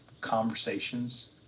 conversations